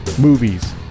movies